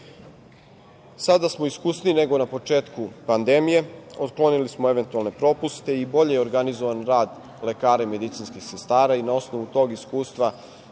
smo iskusniji nego na početku pandemije. Otklonili smo eventualne propuste i bolje je organizovan rad lekara i medicinskih sestara i na osnovu tog iskustva